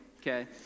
okay